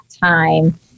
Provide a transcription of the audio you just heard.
time